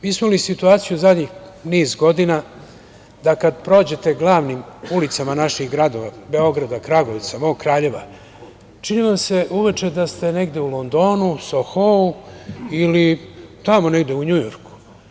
Mi smo imali situaciju zadnjih niz godina da kada prođete glavnim ulicama naših gradova, Beograda, Kragujevca, mog Kraljeva, čini vam se uveče da ste negde u Londonu, Sohou ili tamo negde u Njujorku.